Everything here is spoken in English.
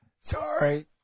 Sorry